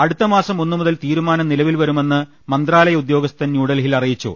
അടുത്തമാസം ഒന്നുമുതൽ തീരുമാനം നിലവിൽവരുമെന്ന് മന്ത്രാലയ ഉദ്യോഗ്സ്ഥൻ ന്യൂഡൽഹിയിൽ അറിയിച്ചു